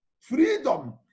Freedom